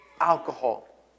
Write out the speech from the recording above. alcohol